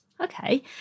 Okay